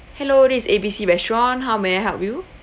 hello is A B C restaurant how may I help you